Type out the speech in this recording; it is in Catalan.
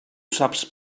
saps